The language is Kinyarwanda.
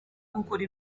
gukora